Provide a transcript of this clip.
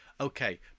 Okay